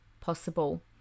possible